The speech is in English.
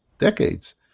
decades